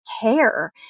care